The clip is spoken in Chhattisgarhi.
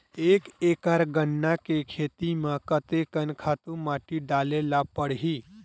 एक एकड़ गन्ना के खेती म कते कन खातु माटी डाले ल पड़ही?